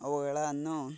ಅವುಗಳನ್ನು